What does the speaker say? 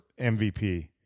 MVP